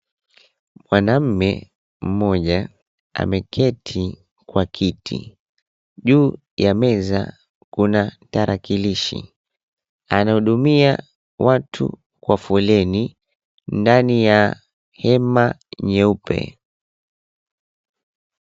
Mwanamme mmoja ameketi kwa kiti. Juu ya meza kuna tarakilishi. Anahudumia watu kwa foleni ndani ya hema nyeupe.